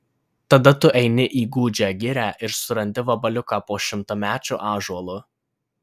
tada tu eini į gūdžią girią ir surandi vabaliuką po šimtamečiu ąžuolu